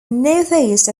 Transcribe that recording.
northeast